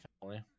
family